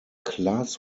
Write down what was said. class